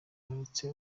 baretse